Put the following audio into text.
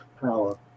power